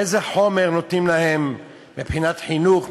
איזה חומר נותנים להם מבחינת חינוך,